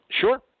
Sure